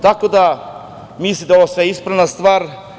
Tako da, mislim da je ovo sve ispravna stvar.